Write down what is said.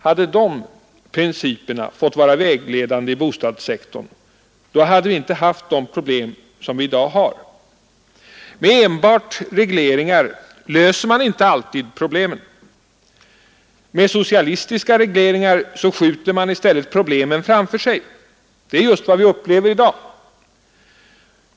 Hade dessa principer fått vara vägledande i bostadssektorn, hade vi inte haft de problem som vi i dag har. Med enbart regleringar löser man inte alltid problem. Med socialistiska regleringar skjuter man i stället problemen framför sig. Det är just vad vi upplever i dag.